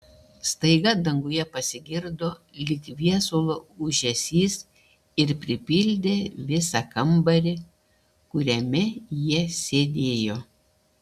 staiga danguje pasigirdo lyg viesulo ūžesys ir pripildė visą kambarį kuriame jie sėdėjo